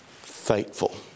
faithful